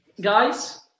guys